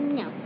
no